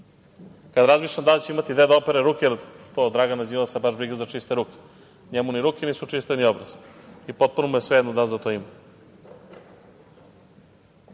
kada razmišljam da li će imati gde da opere ruke. Što? Dragana Đilasa baš briga za čiste ruke. Njemu ni ruke nisu čiste, ni obraz i potpuno mu je svejedno da li za to ima. Mi